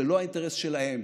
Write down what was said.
זה לא האינטרס שלהם